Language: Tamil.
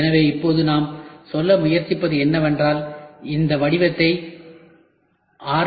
எனவே இப்போது நாம் சொல்ல முயற்சிப்பது என்னவென்றால் இந்த வடிவத்தை ஆர்